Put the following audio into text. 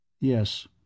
Yes